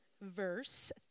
verse